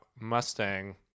mustang